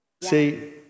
See